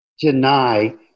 deny